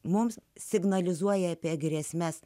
mums signalizuoja apie grėsmes